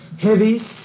heavy